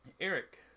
Eric